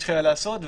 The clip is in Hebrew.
התחילה לעשות.